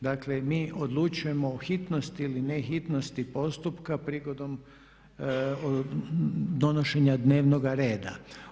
Dakle, mi odlučujemo o hitnosti ili nehitnosti postupka prigodom donošenja dnevnoga reda.